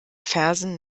fersen